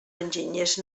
enginyers